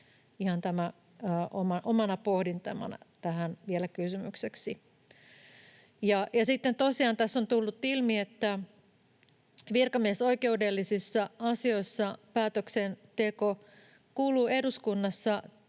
omana pohdintana tähän vielä kysymykseksi. Sitten tosiaan tässä on tullut ilmi, että virkamiesoikeudellisissa asioissa päätöksenteko kuuluu eduskunnassa